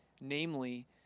namely